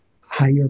higher